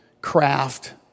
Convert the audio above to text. craft